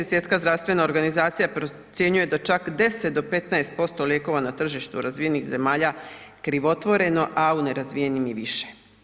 Svjetska zdravstvena organizacija procjenjuje da čak 10 do 15% lijekova na tržištu razvijenih zemalja krivotvoreno, a u nerazvijenim i više.